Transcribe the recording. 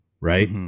right